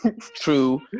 True